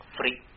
free